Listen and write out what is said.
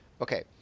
Okay